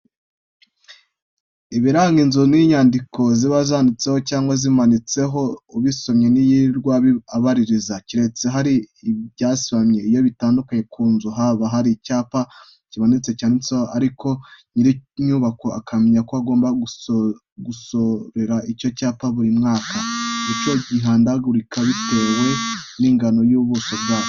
Ibiranga inzu ni inyandiko ziba ziyanditseho cyangwa ziyimanitseho. Ubisomye ntiyirirwa abaririza, keretse hari ibyasibamye. Iyo bitanditse ku nzu, haba hari icyapa kimanitse byanditseho ariko nyir'inyubako akamenya ko agomba gusorera icyo cyapa buri mwaka. Igiciro gihindagurika bitewe n'ingano y'ubuso bwacyo.